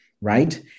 right